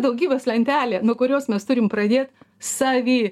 daugybos lentelė nuo kurios mes turim pradė savy